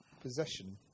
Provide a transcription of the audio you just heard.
possession